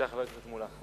חבר הכנסת מולה, בבקשה.